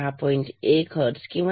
1 hertz किंवा 9